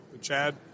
Chad